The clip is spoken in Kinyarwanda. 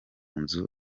nzu